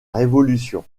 révolution